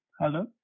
Hello